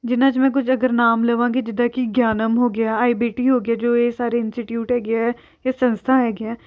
ਜਿਨ੍ਹਾਂ 'ਚ ਮੈਂ ਕੁਝ ਅਗਰ ਨਾਮ ਲਵਾਂਗੀ ਜਿੱਦਾਂ ਕਿ ਗਿਆਨਮ ਹੋ ਗਿਆ ਆਈ ਬੀ ਟੀ ਹੋ ਗਿਆ ਜੋ ਇਹ ਸਾਰੇ ਇੰਸਟੀਟਿਊਟ ਹੈਗੇ ਆ ਇਹ ਸੰਸਥਾ ਹੈਗੇ ਆ